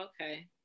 Okay